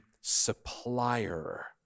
supplier